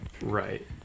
Right